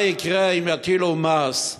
מה יקרה אם יטילו מס?